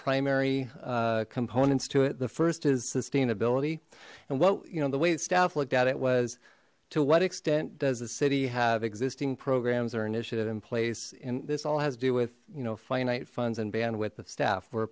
primary components to it the first is sustainability and what you know the wait staff looked at it was to what extent does the city have existing programs or initiative in place and this all has to do with you know finite funds and bandwidth of staff